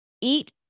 eat